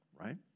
right